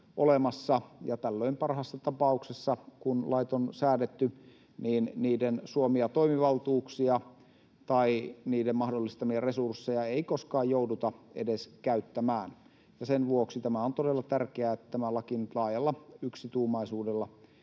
olemassa, tällöin parhaassa tapauksessa, kun lait on säädetty, niiden suomia toimivaltuuksia tai niiden mahdollistamia resursseja ei koskaan jouduta edes käyttämään. Sen vuoksi on todella tärkeää, että tämä laki nyt laajalla yksituumaisuudella